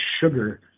sugar